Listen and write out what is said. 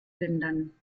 lindern